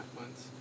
months